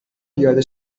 پیاده